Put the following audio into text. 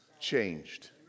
changed